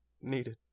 needed